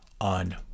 on